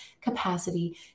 capacity